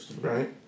right